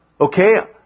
Okay